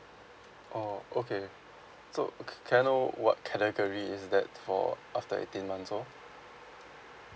oh okay so can can I know what category is that for after eighteen months old